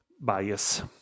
bias